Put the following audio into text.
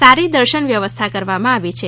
સારી દર્શન વ્યવસ્થા કરવામાં આવી છે